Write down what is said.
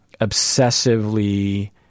obsessively